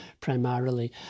primarily